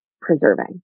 preserving